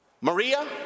Maria